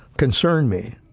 concerned me.